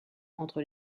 entre